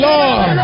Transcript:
Lord